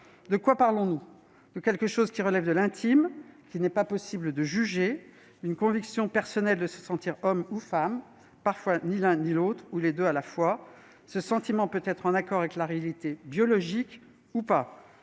De quoi parlons-nous ? De quelque chose qui relève de l'intime et qu'il n'est pas possible de juger. D'une conviction personnelle de se sentir homme ou femme, parfois ni l'un ni l'autre ou les deux à la fois. Ce sentiment peut être en accord avec la réalité biologique ou non.